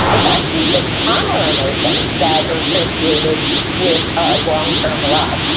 it's actually the calmer emotions that are associated with ah longterm love.